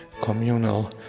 communal